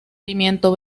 pimiento